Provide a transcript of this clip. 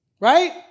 Right